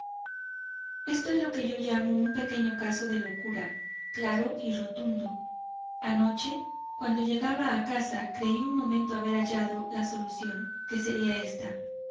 esto es lo que yo llamo un pequeño caso de locura claro y rotundo anoche cuando llegaba a casa creí un momento haber hallado la solución que sería ésta